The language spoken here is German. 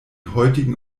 heutigen